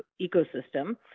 ecosystem